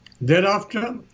thereafter